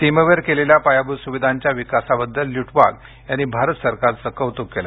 सीमेवर केलेल्या पायाभूत सुविधांच्या विकासाबद्दल ल्युटवाक यांनी भारत सरकारचं कौतुक केलं